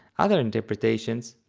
other interpretations,